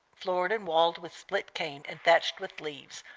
floored and walled with split cane and thatched with leaves,